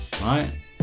right